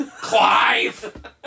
Clive